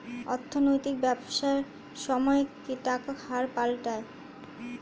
অর্থনৈতিক ব্যবসায় সময়ে সময়ে টাকার হার পাল্টায়